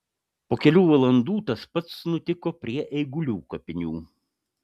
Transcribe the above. po kelių valandų tas pats nutiko prie eigulių kapinių